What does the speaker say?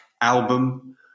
Album